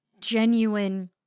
genuine